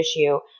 issue